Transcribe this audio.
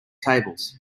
tables